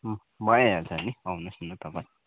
भइहाल्छ नि आउनुहोस् न तपाईँ